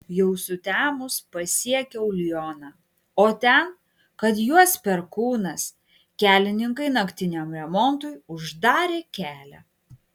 jau sutemus pasiekiau lioną o ten kad juos perkūnas kelininkai naktiniam remontui uždarė kelią